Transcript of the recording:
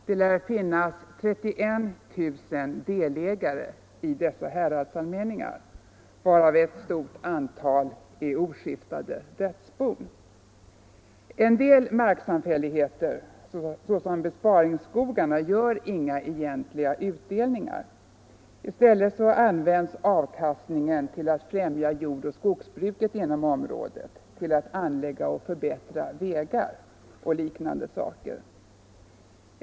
Det lär finnas 31 000 delägare i dessa häradsallmänningar, varav ett stort antal är oskiftade dödsbon. En del marksamfälligheter, såsom besparingsskogarna, gör inga egentliga utdelningar. I stället används avkastningen till att främja jordoch skogsbruket inom området, till att anlägga och förbättra vägar och liknande saker.